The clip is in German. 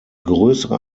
größere